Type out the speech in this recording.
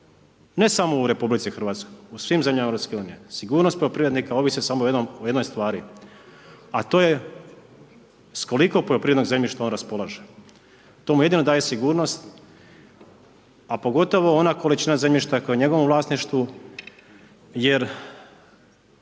ne samo u RH, u svim zemljama EU, sigurnost poljoprivrednika, ovisi samo o jednoj stvari, a to je s koliko poljoprivrednog zemljišta on raspolaže. To mu jedino daje sigurnost a pogotovo ona količina zemljišta, koja je u njegovom vlasništvu, jer